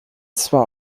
zwar